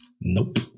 Nope